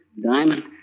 diamond